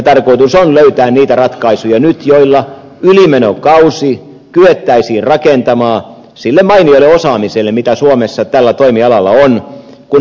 tarkoitus on löytää nyt niitä ratkaisuja joilla ylimenokausi kyettäisiin rakentamaan sille mainiolle osaamiselle mitä suomessa tällä toimialalla on